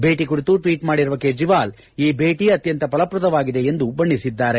ಭೇಟಿ ಕುರಿತು ಟ್ವೀಟ್ ಮಾಡಿರುವ ಕೇಜ್ರಿವಾಲ್ ಈ ಭೇಟಿ ಅತ್ಯಂತ ಫಲಪ್ರದವಾಗಿದೆ ಎಂದು ಬಣ್ಣಿಸಿದ್ದಾರೆ